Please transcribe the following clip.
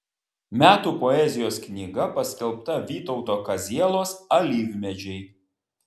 metų poezijos knyga paskelbta vytauto kazielos alyvmedžiai